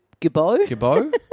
Gibbo